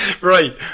Right